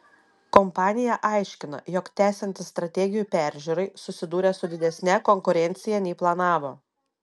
kompanija aiškina jog tęsiantis strategijų peržiūrai susidūrė su didesne konkurencija nei planavo